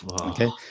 okay